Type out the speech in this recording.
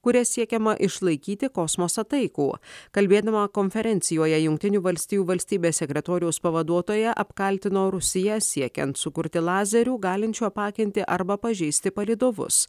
kuria siekiama išlaikyti kosmosą taikų kalbėdama konferencijoje jungtinių valstijų valstybės sekretoriaus pavaduotoja apkaltino rusiją siekiant sukurti lazerių galinčių apakinti arba pažeisti palydovus